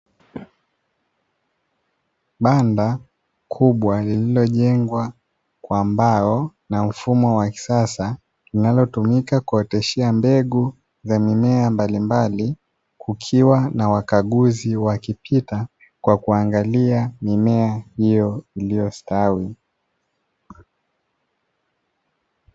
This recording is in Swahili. Banda kubwa lililojengwa kwa mbao na mfumo wa kisasa linalotumika kuoteshea mbegu za mimea mbalimbali, kukiwa na wakaguzi wakipita kwa kuangalia mimea hiyo iliyostawi.